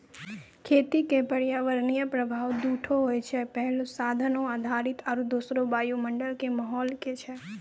खेती क पर्यावरणीय प्रभाव दू ठो होय छै, पहलो साधन आधारित आरु दोसरो वायुमंडल कॅ माहौल की छै